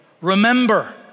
Remember